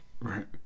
right